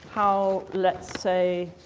how, let's say,